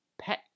pet